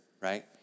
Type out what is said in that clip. right